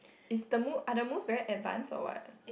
is the mo~ are the moves very advanced or what